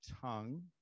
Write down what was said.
tongue